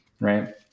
Right